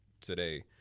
today